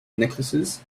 necklaces